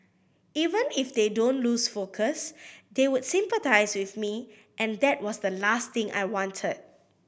even if they don't lose focus they would sympathise with me and that was the last thing I wanted